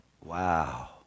Wow